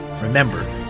Remember